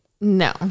No